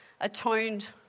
atoned